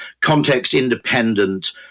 context-independent